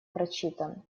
прочитан